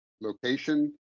location